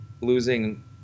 losing